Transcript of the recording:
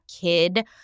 kid